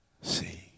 See